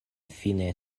fine